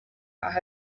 aho